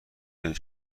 دانی